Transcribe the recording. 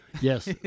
Yes